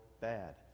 bad